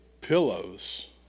pillows